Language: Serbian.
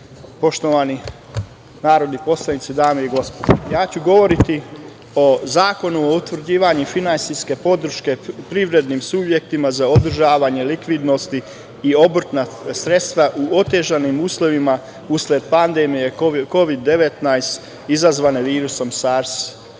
poštovani dame i gospodo narodni poslanici, ja ću govoriti o zakonu o utvrđivanju finansijske podrške privrednim subjektima za održavanje likvidnosti i obrtnih sredstava u otežanim uslovima usled pandemije KOVID-19 izazvane virusom